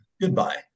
goodbye